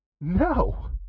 No